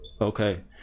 Okay